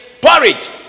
porridge